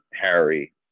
harry